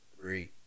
three